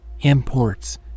Imports